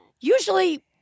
usually